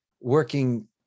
working